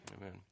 Amen